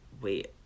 wait